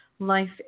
life